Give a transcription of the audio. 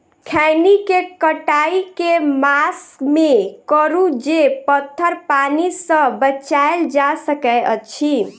खैनी केँ कटाई केँ मास मे करू जे पथर पानि सँ बचाएल जा सकय अछि?